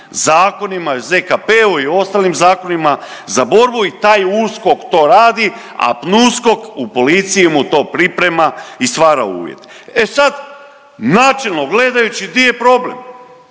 zakonima i ZKP-u i ostalim zakonima za borbu i taj USKOK to radi, a PNUSKOK u policiji mu to priprema i stvara uvjete. E sad, načelno gledajući, di je problem?